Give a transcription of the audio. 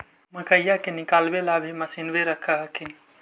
मकईया के निकलबे ला भी तो मसिनबे रख हखिन?